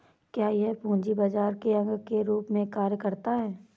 क्या यह पूंजी बाजार के अंग के रूप में कार्य करता है?